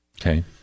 Okay